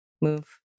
Move